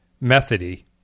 methody